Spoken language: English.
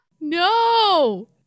No